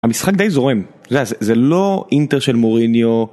המשחק די זורם, אתה יודע, זה... זה לא אינטר של מוריניו...